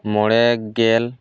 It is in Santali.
ᱢᱚᱬᱮᱜᱮᱞ